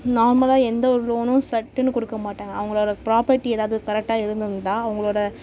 நாமளாக எந்தவொரு லோனும் சட்டுன்னு கொடுக்க மாட்டாங்க அவங்களோட ப்ராப்பர்ட்டி ஏதாவது கரெக்டாக இருந்திருந்தா அவங்களோட